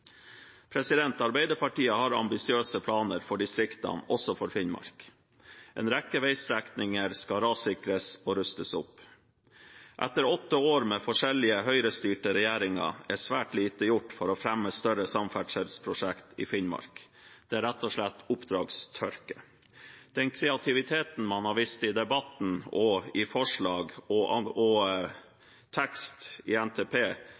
Arbeiderpartiet har ambisiøse planer for distriktene, også for Finnmark. En rekke veistrekninger skal rassikres og rustes opp. Etter åtte år med forskjellige høyrestyrte regjeringer er svært lite gjort for å fremme større samferdselsprosjekter i Finnmark. Det er rett og slett oppdragstørke. Den kreativiteten man har vist i debatten og i forslag og tekst i NTP